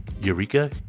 Eureka